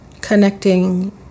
connecting